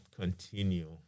continue